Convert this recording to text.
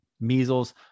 measles